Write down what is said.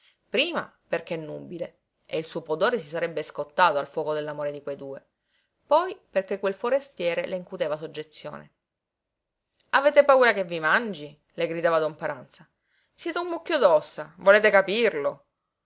prima perché nubile e il suo pudore si sarebbe scottato al fuoco dell'amore di quei due poi perché quel forestiere le incuteva soggezione avete paura che vi mangi le gridava don paranza siete un mucchio d'ossa volete capirlo